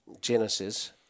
Genesis